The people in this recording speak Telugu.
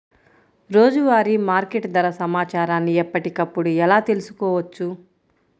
రోజువారీ మార్కెట్ ధర సమాచారాన్ని ఎప్పటికప్పుడు ఎలా తెలుసుకోవచ్చు?